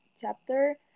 chapter